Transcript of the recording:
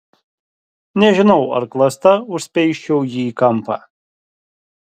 nežinau ar klasta užspeisčiau jį į kampą